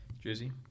Jersey